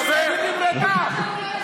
בית"ר.